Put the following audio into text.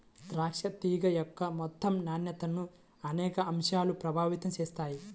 ద్రాక్ష తీగ యొక్క మొత్తం నాణ్యతను అనేక అంశాలు ప్రభావితం చేస్తాయి